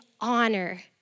honor